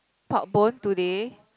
pork bone today